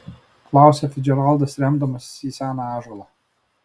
klausia ficdžeraldas remdamasis į seną ąžuolą